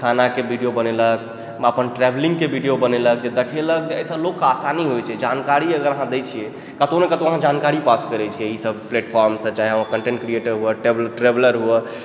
खानाके वीडियो बनेलक अपन ट्रेवलिंग के वीडियो बनेलक जे देखेलक जे अहिसँ लोकके आसानी होइ छै जानकारी अगर अहाँ दै छियै कतउ ने कतउ अहाँ जानकारी पास करै छियै ई सब प्लेटफॉर्म सँ चाहे ओ कंटेंट क्रियेटर हुए ट्रेवलर हुए